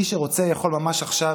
מי שרוצה יכול ממש עכשיו,